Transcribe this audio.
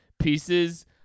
pieces